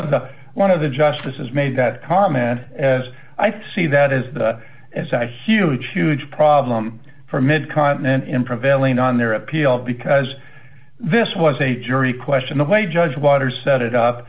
of the one of the justices made that comment as i see that is that it's a huge huge problem for mid continent in prevailing on their appeal because this was a jury question the way judge waters set it up